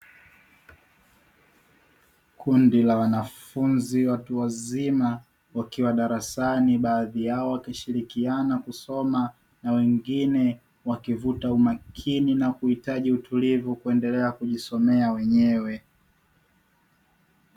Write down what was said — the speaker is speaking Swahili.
Kundi la wanafunzi watu wazima, wakiwa darasani baadhi yao wakishirikiana kusoma na wengine wakivuta umakini na kuhitaji utulivu kuendelea kujisomea wenyewe.